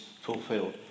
fulfilled